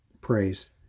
Praise